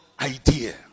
idea